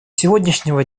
сегодняшнего